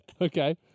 Okay